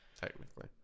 technically